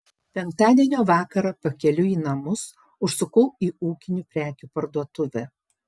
penktadienio vakarą pakeliui į namus užsukau į ūkinių prekių parduotuvę